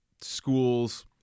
schools